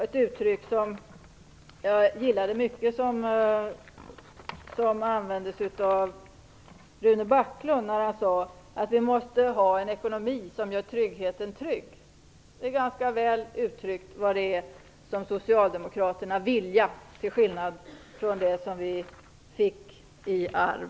Ett uttryck som jag tyckte mycket om användes av Rune Backlund. Han sade att vi måste ha en ekonomi som gör tryggheten trygg. Det är ganska väl uttryckt vad socialdemokraterna vilja, till skillnad från det som vi fick i arv.